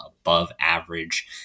above-average